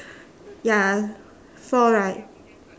ya four right